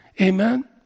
Amen